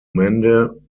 mende